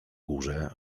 górze